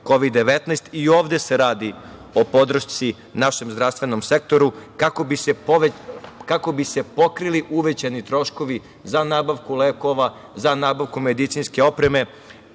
Kovid-19. I ovde se radi o podršci našem zdravstvenom sektoru kako bi se pokrili uvećani troškovi za nabavku lekova, za nabavku medicinske opreme.